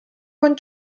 con